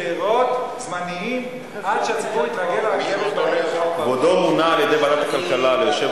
אדוני היושב-ראש, יושב-ראש ועדת הכלכלה קיים